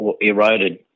eroded